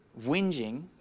whinging